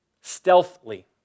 stealthily